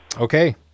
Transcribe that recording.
Okay